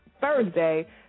Thursday